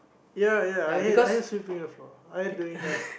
ya ya I had I had same thing before I ate during that